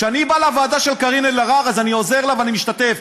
כשאני בא לוועדה של קארין אלהרר אז אני עוזר לה ואני משתתף.